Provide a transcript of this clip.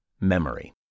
memory